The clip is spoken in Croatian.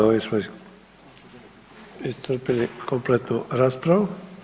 S ovim smo iscrpili kompletnu raspravu.